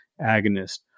agonist